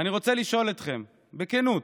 ואני רוצה לשאול אתכם, בכנות: